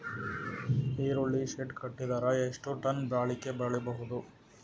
ಈರುಳ್ಳಿ ಶೆಡ್ ಕಟ್ಟಿದರ ಎಷ್ಟು ಟನ್ ಬಾಳಿಕೆ ಮಾಡಬಹುದು?